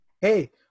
Hey